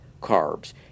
carbs